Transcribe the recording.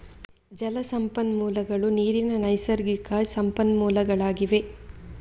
ಜಲ ಸಂಪನ್ಮೂಲಗಳು ನೀರಿನ ನೈಸರ್ಗಿಕ ಸಂಪನ್ಮೂಲಗಳಾಗಿವೆ